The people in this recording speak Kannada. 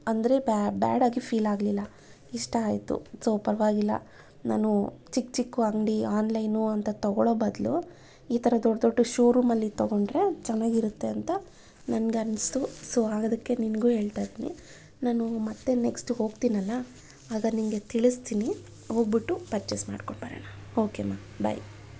ಅಂದರೆ ಬ್ಯಾಡ್ ಆಗಿ ಫೀಲ್ ಆಗಲಿಲ್ಲ ಇಷ್ಟ ಆಯಿತು ಸೊ ಪರವಾಗಿಲ್ಲ ನಾನು ಚಿಕ್ಕ ಚಿಕ್ಕ ಅಂಗಡಿ ಆನ್ಲೈನು ಅಂತ ತಗೊಳ್ಳೊ ಬದಲು ಈ ಥರ ದೊಡ್ಡ ದೊಡ್ಡ ಶೋರೂಮಲ್ಲಿ ತಗೊಂಡ್ರೆ ಚೆನ್ನಾಗಿರತ್ತೆ ಅಂತ ನನ್ಗೆ ಅನಿಸ್ತು ಸೊ ಅದಕ್ಕೆ ನಿನಗೂ ಹೇಳ್ತಾ ಇದ್ದೀನಿ ನಾನು ಮತ್ತೆ ನೆಕ್ಸ್ಟ್ ಹೋಗ್ತೀನಲ್ಲ ಆಗ ನಿನಗೆ ತಿಳಿಸ್ತೀನಿ ಹೋಗಿಬಿಟ್ಟು ಪರ್ಚೆಸ್ ಮಾಡ್ಕೊಂಡು ಬರೋಣ ಓಕೆ ಮಾ ಬಾಯ್